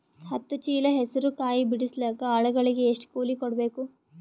ಹತ್ತು ಚೀಲ ಹೆಸರು ಕಾಯಿ ಬಿಡಸಲಿಕ ಆಳಗಳಿಗೆ ಎಷ್ಟು ಕೂಲಿ ಕೊಡಬೇಕು?